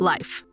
Life